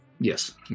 Yes